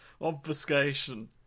Obfuscation